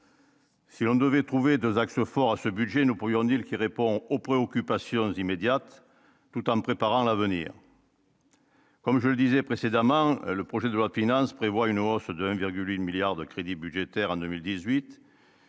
Si on devait trouver 2 axes forts à ce budget, nous pourrions qui répond aux préoccupations immédiates tout en préparant l'avenir. Comme je le disais précédemment, le projet de loi finance prévoit une hausse de 1,8 milliards de crédits budgétaires en 2018